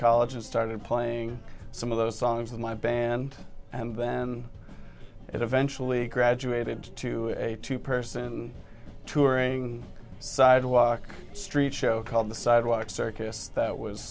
college and started playing some of those songs in my band and then eventually graduated to a two person touring sidewalk street show called the sidewalk circus that was